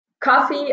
coffee